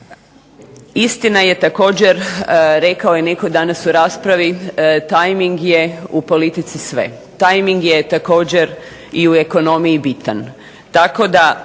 Istina je također, rekao je netko danas u raspravi, tajming je u politici sve. Tajming je također i u ekonomiji bitan.